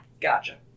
Gotcha